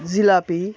jalebi